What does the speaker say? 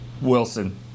Wilson